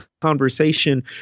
conversation